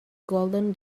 golden